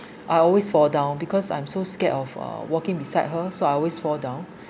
I always fall down because I'm so scared of uh walking beside her so I always fall down